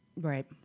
right